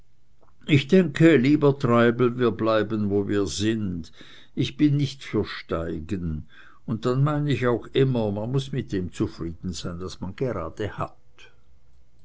ich denke lieber treibel wir bleiben wo wir sind ich bin nicht für steigen und dann mein ich auch immer man muß mit dem zufrieden sein was man gerade hat